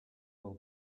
will